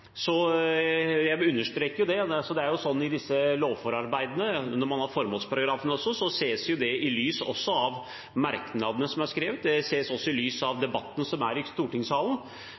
I disse lovforarbeidene, når man har formålsparagrafen også, ses jo det i lys av også merknadene som er skrevet. Det ses også i lys av debatten som er i stortingssalen.